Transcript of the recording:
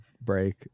break